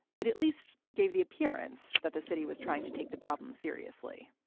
it at least gave the appearance that the city was trying to take the problem seriously.